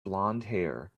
blondhair